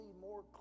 more